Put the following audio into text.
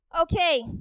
Okay